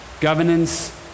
Governance